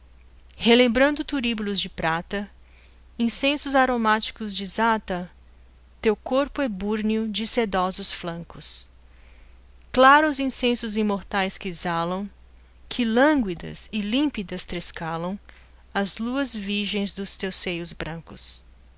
relembrando turíbulos de prata incensos aromáticos desata teu corpo ebúrneo de sedosos flancos claros incensos imortais que exalam que lânguidas e límpidas trescalam as luas virgens dos teus seios brancos